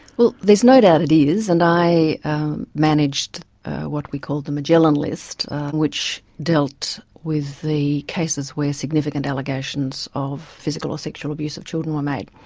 there's no doubt it is, and i managed what we called the magellan list which dealt with the cases where significant allegations of physical or sexual abuse of children were made,